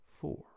four